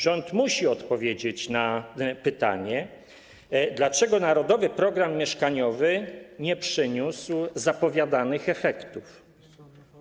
Rząd musi odpowiedzieć na pytanie, dlaczego „Narodowy program mieszkaniowy” nie przyniósł zapowiadanych efektów.